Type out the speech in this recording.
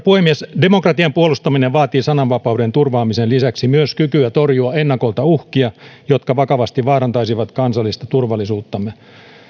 puhemies demokratian puolustaminen vaatii sananvapauden turvaamisen lisäksi myös kykyä torjua ennakolta uhkia jotka vakavasti vaarantaisivat kansallista turvallisuuttamme